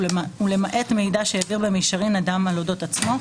ולמעט מידע שהעביר במישרין אדם על אודות עצמו.